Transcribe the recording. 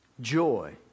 joy